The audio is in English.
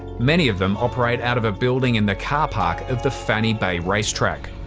many of them operate out of a building in the carpark of the fannie bay race track.